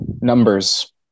Numbers